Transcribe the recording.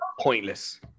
pointless